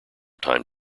time